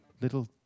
little